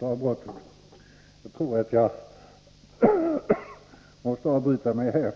Jag tror att jag på grund av hostanfallet måste avbryta mig här